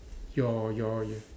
your your your